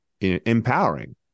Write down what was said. empowering